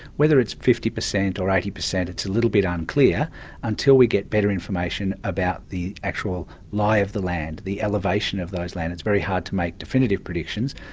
whether it's fifty per cent or eighty per cent, it's a little bit unclear until we get better information about the actual lie of the land, the elevation of those lands. it's very hard to make definitive predictions,